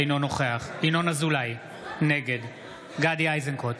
אינו נוכח ינון אזולאי, נגד גדי איזנקוט,